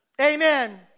Amen